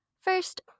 First